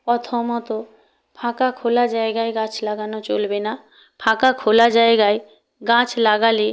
প্রথমত ফাঁকা খোলা জায়গায় গাছ লাগানো চলবে না ফাঁকা খোলা জায়গায় গাছ লাগালে